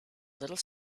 little